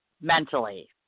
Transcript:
Mentally